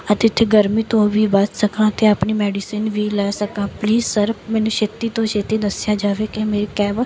ਅਤੇ ਇੱਥੇ ਗਰਮੀ ਤੋਂ ਵੀ ਬਚ ਸਕਾਂ ਅਤੇ ਆਪਣੀ ਮੈਡੀਸਿਨ ਵੀ ਲੈ ਸਕਾ ਪਲੀਜ਼ ਸਰ ਮੈਨੂੰ ਛੇਤੀ ਤੋਂ ਛੇਤੀ ਦੱਸਿਆ ਜਾਵੇ ਕਿ ਮੇਰੀ ਕੈਬ